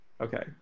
okay